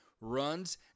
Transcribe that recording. runs